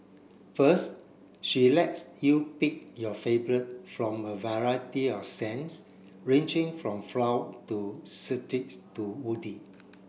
first she lets you pick your favourite from a variety of scents ranging from to to woody